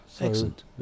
Excellent